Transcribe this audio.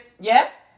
yes